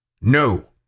No